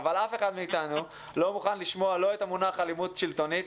אבל אף אחד מאיתנו לא מוכן לשמוע לא את המונח אלימות שלטונית,